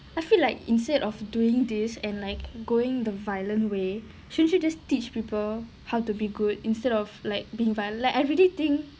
I feel like instead of doing this and like going the violent way shouldn't you just teach people how to be good instead of like being violent like I really think